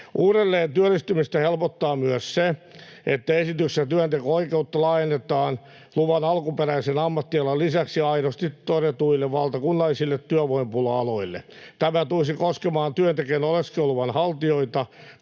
Uudelleentyöllistymistä helpottaa myös se, että esityksessä työnteko-oikeutta laajennetaan luvan alkuperäisen ammattialan lisäksi aidosti todetuille valtakunnallisille työvoimapula-aloille. Tämä tulisi koskemaan työntekijän oleskeluluvan haltijoita,